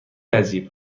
عجیب